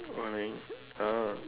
bowling uh